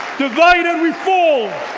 divided we fall!